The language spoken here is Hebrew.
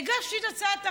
הגשתי את הצעת החוק.